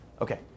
Okay